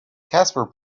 casper